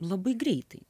labai greitai